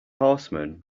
horseman